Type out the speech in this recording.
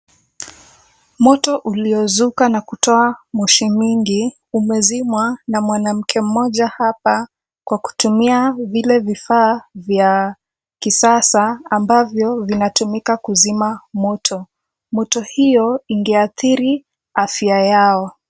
Moto uliozuka na kutoa moshi mwingi umezimwa na mwanamke mmoja hapa kwa kutumia vile vifaa vya kisasa ambavyo vinatumika kuzima moto . Moto hiyo ingeathiri afya yao.